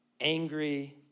angry